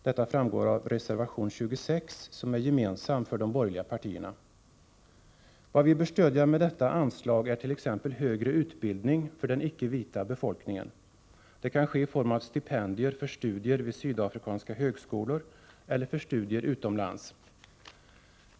Detta framgår av reservation 26, som är gemensam för de Nr 120 borgerliga partierna. Onsdagen den Vad vi bör stödja med detta anslag är t.ex. högre utbildning för den 17 april 1985 icke-vita befolkningen. Det kan ske i form av stipendier för studier vid sydafrikanska högskolor eller för studier utomlands.